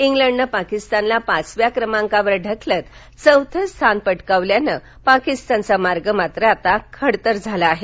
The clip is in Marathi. इंग्लंडन पाकीस्तानला पाचव्या क्रमांकावर ढकलत चौथं स्थान पटकावल्यानं पाकीस्तानचा मार्ग मात्र आता खडतर झाला आहे